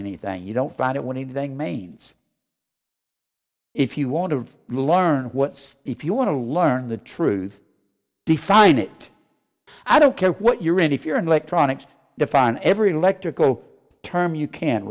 anything you don't find it when he then manes if you want to learn what if you want to learn the truth define it i don't care what you're in if you're an electronics define every electrical term you can